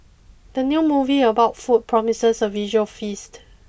the new movie about food promises a visual feast